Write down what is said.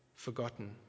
Forgotten